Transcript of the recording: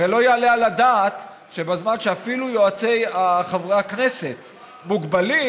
הרי לא יעלה על הדעת שבזמן שאפילו יועצי חברי הכנסת מוגבלים,